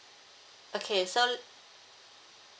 okay so